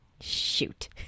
Shoot